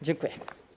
Dziękuję.